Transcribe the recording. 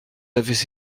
avez